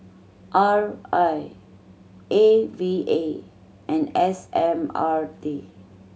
R I A V A and S M R T